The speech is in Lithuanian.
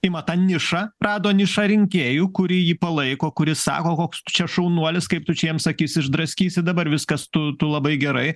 ima tą nišą rado nišą rinkėjų kuri jį palaiko kuri sako koks tu čia šaunuolis kaip tu čia jiems akis išdraskysi dabar viskas tu tu labai gerai